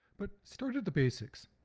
but start at the basics.